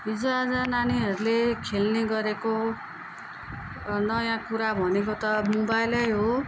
हिजोआज नानीहरूले खेल्ने गरेको नयाँ कुरा भनेको त मोबाइलै हो